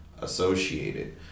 associated